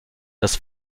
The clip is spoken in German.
dass